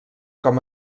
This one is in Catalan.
com